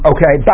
Okay